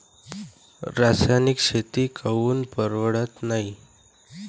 रासायनिक शेती काऊन परवडत नाई?